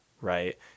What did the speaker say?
right